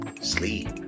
Sleep